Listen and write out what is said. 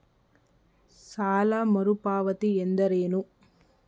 ಸಾಲ ಮರುಪಾವತಿ ಎಂದರೇನು?